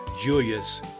Julius